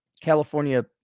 California